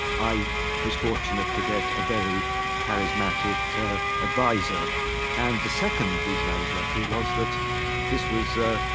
i was fortunate to get a very charismatic advisor and the second reason i was lucky was that this was, ah,